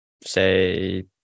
say